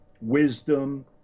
wisdom